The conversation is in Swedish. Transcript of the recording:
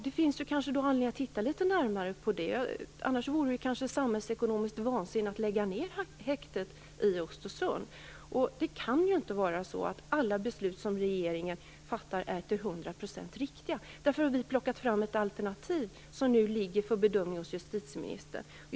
Det finns kanske anledning att titta litet närmare på det. Annars vore det väl samhällsekonomiskt vansinne att lägga ner häktet i Östersund. Alla beslut som regeringen fattar kan inte vara till hundra procent riktiga. Därför har vi plockat fram ett alternativ, som nu ligger för bedömning hos justitieministern.